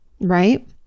Right